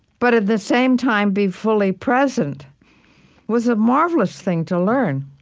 but at the same time be fully present was a marvelous thing to learn.